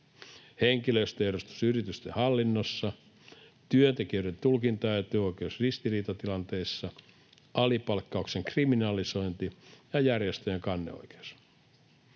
henkilöstön edustus yritysten hallinnossa, työntekijöiden tulkintaetuoikeus ristiriitatilanteissa, alipalkkauksen kriminalisointi ja järjestöjen kanneoikeus.